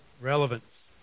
relevance